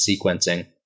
sequencing